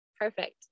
perfect